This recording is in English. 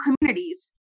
communities